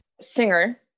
Singer